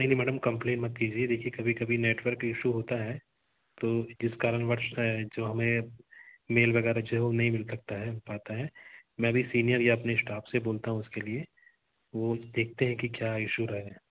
नहीं नहीं madam complain मत कीजिए देखिए कभी कभी नेटवर्क इशू होता है तो इस कारणवश जो हमें मेल वग़ैरह जो है नहीं मिल सकता है पाता है मैं अभी सीनियर या अपने स्टाफ़ से बोलता हूँ उसके लिए वो देखते हैं कि क्या इशू है